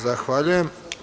Zahvaljujem.